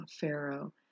Pharaoh